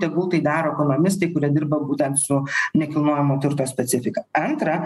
tegul tai daro ekonomistai kurie dirba būtent su nekilnojamo turto specifika antra